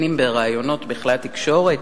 אם בראיונות בכלי-התקשורת,